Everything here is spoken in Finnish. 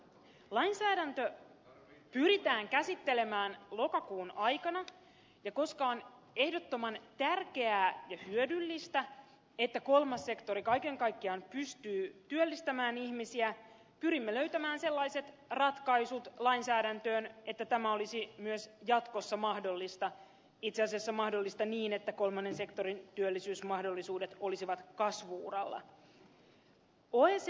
lainsäädäntö pyritään käsittelemään lokakuun aikana ja koska on ehdottoman tärkeää ja hyödyllistä että kolmas sektori kaiken kaikkiaan pystyy työllistämään ihmisiä pyrimme löytämään sellaiset ratkaisut lainsäädäntöön että tämä olisi myös jatkossa mahdollista itse asiassa mahdollista niin että kolmannen sektorin työllisyysmahdollisuudet olisivat kasvu uralla